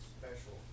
special